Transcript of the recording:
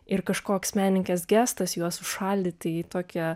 ir kažkoks menininkės gestas juos užšaldyti į tokią